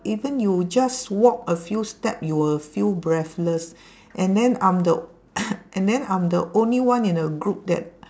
even you just walk a few step you will feel breathless and then I'm the and then I'm the only one in the group that